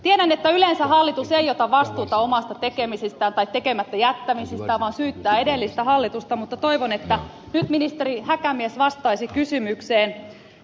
tiedän että yleensä hallitus ei ota vastuuta omista tekemisistään tai tekemättä jättämisistään vaan syyttää edellistä hallitusta mutta toivon että nyt ministeri häkämies vastaisi kysymykseen